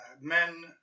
men